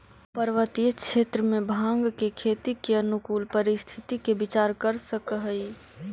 पर्वतीय क्षेत्र में भाँग के खेती के अनुकूल परिस्थिति के विचार कर सकऽ हई